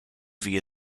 via